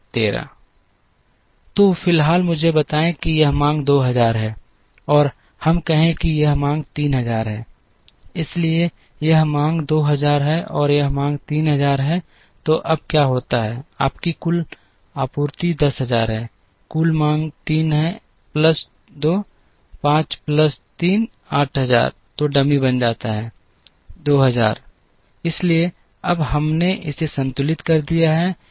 तो फिलहाल मुझे बताएं कि यह मांग 2000 है और हम कहें कि यह मांग 3000 है इसलिए यह मांग 2000 है और यह मांग 3000 है तो अब क्या होता है आपकी कुल आपूर्ति 10000 है कुल मांग 3 है प्लस 2 5 प्लस 3 8000 तो डमी बन जाता है 2000 इसलिए अब हमने इसे संतुलित कर दिया है